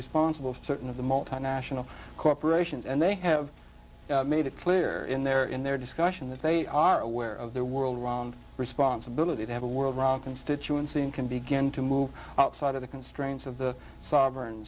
responsible for certain of the multinational corporations and they have made it clear in their in their discussion that they are aware of the world around responsibility to have a world run constituency and can begin to move outside of the constraints of the so